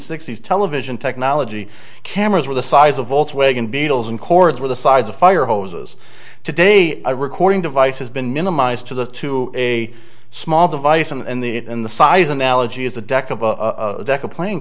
sixty s television technology cameras were the size of volkswagen beetles and cords were the size of fire hoses today a recording device has been minimized to the to a small device and the it in the size analogy is a deck of a deck of playing